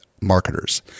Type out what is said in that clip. marketers